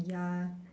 ya